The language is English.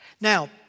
Now